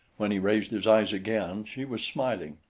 when he raised his eyes again, she was smiling.